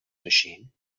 machine